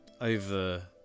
over